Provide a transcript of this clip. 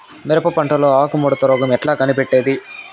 మిరప పంటలో ఆకు ముడత రోగం ఎట్లా కనిపెట్టేది?